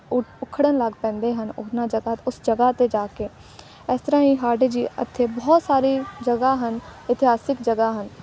ਉ ਉਖੜਨ ਲੱਗ ਪੈਂਦੇ ਹਨ ਉਹਨਾਂ ਜਗ੍ਹਾ ਉਸ ਜਗ੍ਹਾ 'ਤੇ ਜਾ ਕੇ ਇਸ ਤਰ੍ਹਾਂ ਹੀ ਸਾਡੇ ਜੀ ਇੱਥੇ ਬਹੁਤ ਸਾਰੇ ਜਗ੍ਹਾ ਹਨ ਇਤਿਹਾਸਿਕ ਜਗ੍ਹਾ ਹਨ